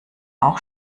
auch